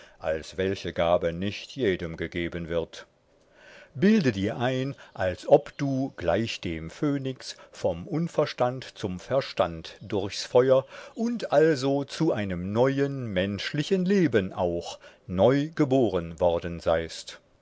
als welche gabe nicht jedem gegeben wird bilde dir ein als ob du gleich dem phönix vom unverstand zum verstand durchs feur und also zu einem neuen menschlichen leben auch neu geboren worden seist